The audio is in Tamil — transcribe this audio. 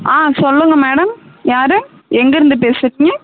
ஆ சொல்லுங்க மேடம் யார் எங்கிருந்து பேசுகிறீங்க